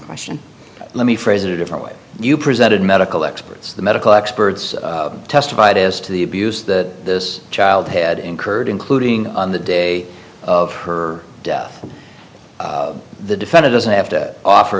question let me phrase it a different way you presented medical experts the medical experts testified as to the abuse that this child had incurred including on the day of her death the defendant doesn't have to offer